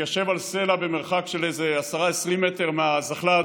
והתיישב על סלע במרחק של איזה 10 20 מטר מהזחל"ד.